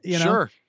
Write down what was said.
Sure